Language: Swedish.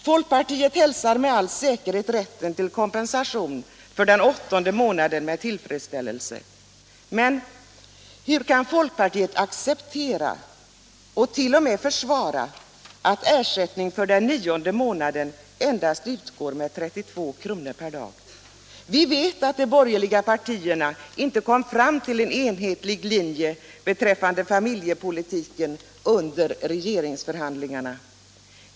Folkpartiet hälsar med all säkerhet rätten till kompensation för den åttonde månaden med tillfredsställelse, men hur kan folkpartiet acceptera och t.o.m. försvara att ersättning för den nionde månaden endast utgår med 32 kr. per dag? Vi vet att de borgerliga partierna inte kom fram till en enhetlig linje beträffande familjepolitiken under regeringsförhandlingarna.